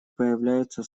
появляются